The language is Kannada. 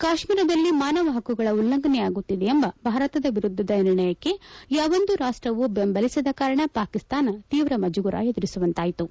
ಕಾತ್ನೀರದಲ್ಲಿ ಮಾನವ ಹಕ್ಕುಗಳ ಉಲ್ಲಂಘನೆಯಾಗುತ್ತಿದೆ ಎಂಬ ಭಾರತದ ವಿರುದ್ದದ ನಿರ್ಣಯಕ್ಕೆ ಯಾವೊಂದೂ ರಾಷ್ಲವೂ ಬೆಂಬಲಿಸದ ಕಾರಣ ಪಾಕಿಸ್ತಾನ ತೀವ್ರ ಮುಜುಗರ ಎದುರಿಸುವಂತಾಯಿತು